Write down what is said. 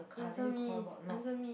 answer me answer me